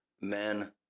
men